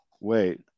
Wait